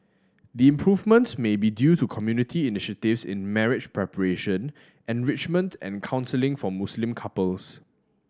the improvement may be due to community initiatives in marriage preparation enrichment and counselling for Muslim couples